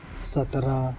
سترہ